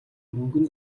мөнгөн